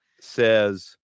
Says